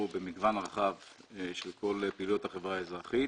במגוון רחב של כל פעילויות החברה האזרחית.